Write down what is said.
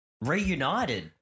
Reunited